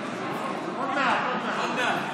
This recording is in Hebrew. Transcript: עוד מעט, עוד מעט.